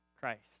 Christ